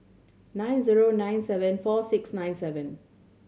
nine zero nine seven four six nine seven